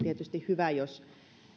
tietysti hyvä jos